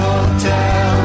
Hotel